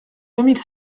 mille